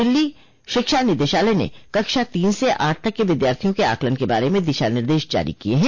दिल्ली शिक्षा निदेशालय ने कक्षा तीन से आठ तक के विद्यार्थियों के आकलन के बारे में दिशा निदेश जारी किए हैं